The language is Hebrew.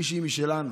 מישהי משלנו,